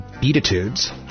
beatitudes